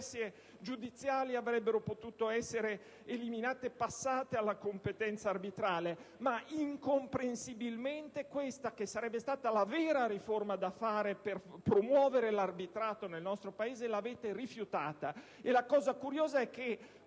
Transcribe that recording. giudiziali avrebbe potuto essere eliminata e passata alla competenza arbitrale. Ma, incomprensibilmente, avete rifiutato questa che sarebbe stata la vera riforma da fare per promuovere l'arbitrato nel nostro Paese. La cosa curiosa è che